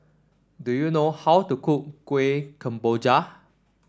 do you know how to cook Kuih Kemboja